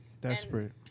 Desperate